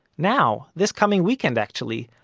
now, this coming weekend actually,